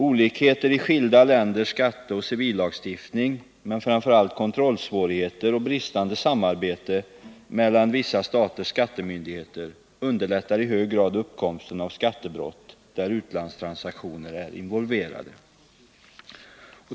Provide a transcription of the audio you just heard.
Olikheter i skilda länders skatteoch civillagstiftning men framför allt kontrollsvårigheter och bristande samarbete mellan vissa staters skattemyndigheter underlättar i hög grad uppkomsten av skattebrott där utlandstransaktioner är involverade.